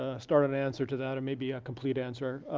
ah start an answer to that, and maybe a complete answer,